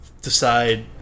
decide